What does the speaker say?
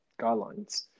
guidelines